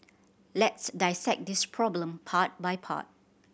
let's dissect this problem part by part